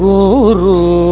Guru